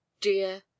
dear